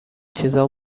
چیزا